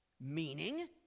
Meaning